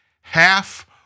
half